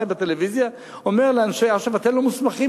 בטלוויזיה אומר לאנשי אש"ף: אתם לא מוסמכים,